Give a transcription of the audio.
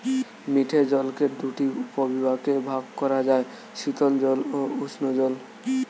মিঠে জলকে দুটি উপবিভাগে ভাগ করা যায়, শীতল জল ও উষ্ঞ জল